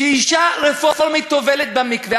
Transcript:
שאישה רפורמית טובלת במקווה?